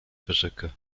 brücke